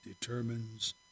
determines